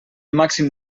màxim